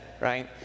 right